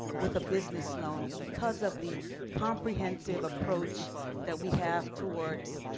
with a business loan, because of the comprehensive approach that we have towards